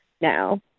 now